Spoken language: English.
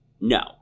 no